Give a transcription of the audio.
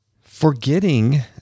Forgetting